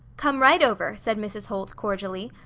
come right over, said mrs. holt, cordially.